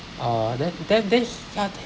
uh then then then ya then